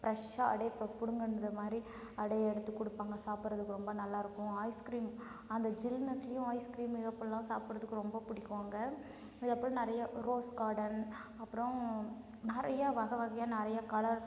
ஃப்ரெஷ்ஷாக அப்படே இப்போ பிடுங்கனது மாதிரி அப்படே எடுத்து கொடுப்பாங்க சாப்பிட்றதுக்கு ரொம்ப நல்லாருக்கும் ஐஸ்கிரீம் அந்த ஜில்னஸ்லியும் ஐஸ்கிரீம் ஏதோ இப்படில்லாம் சாப்பிட்றதுக்கு ரொம்ப பிடிக்கும் அங்கே இது அப்றம் நிறையா ரோஸ் கார்டன் அப்றம் நிறையா வகை வகையா நிறையா கலர்